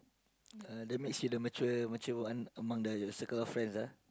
uh that makes you the mature mature one among the circle of friends ah